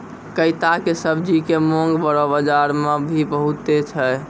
कैता के सब्जी के मांग बड़ो बाजार मॅ भी बहुत छै